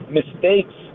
mistakes